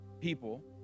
people